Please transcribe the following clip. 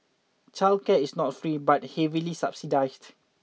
childcare is not free but is heavily subsidised